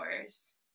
hours